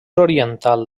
oriental